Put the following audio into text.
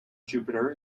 jupiter